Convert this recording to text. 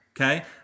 Okay